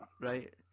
Right